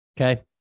Okay